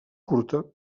curta